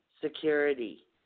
security